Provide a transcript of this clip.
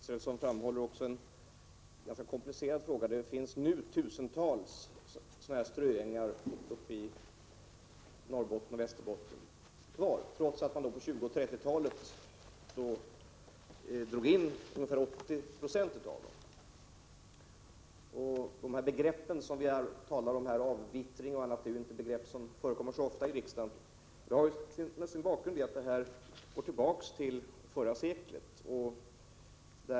Herr talman! Karin Israelsson tar upp en ganska komplicerad fråga. Det finns nu tusentals ströängar kvar uppe i Norrbotten och Västerbotten, trots att man på 1920 och 1930-talet drog in ungefär 80 90 av dem. De begrepp som vi här talar om — avvittring och annat — är ju begrepp som inte förekommer så ofta i riksdagen. Det har sin bakgrund i att detta går tillbaka till förra seklet.